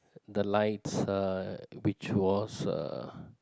the lights uh which was uh